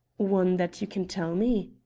one that you can tell me?